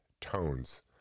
tones